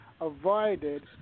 avoided